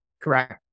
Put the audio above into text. Correct